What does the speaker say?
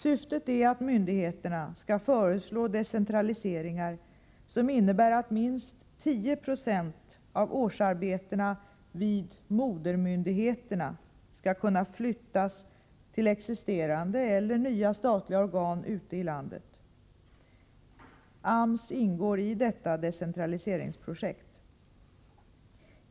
Syftet är att myndigheterna skall föreslå decentraliseringar som innebär att minst 10 20 av årsarbetena vid modermyndigheterna skall kunna flyttas till existerande eller nya statliga organ ute i landet. AMS ingår i detta decentraliseringsprojekt.